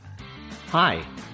hi